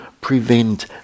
prevent